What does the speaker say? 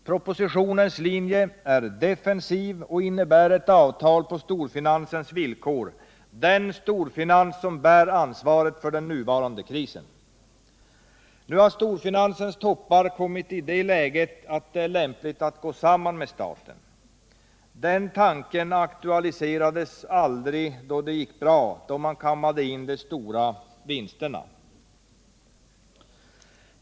Propositionens linje är defensiv och innebär ett avtal på storfinansens villkor, den storfinans som bär ansvaret för den nuvarande krisen. Nu har dess toppar kommit i det läget att det är lämpligt att gå samman med staten. Den tanken aktualiserades aldrig då det gick bra och man kammade in de stora vinsterna.